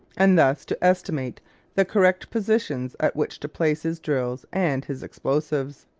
and thus to estimate the correct positions at which to place his drills and his explosives.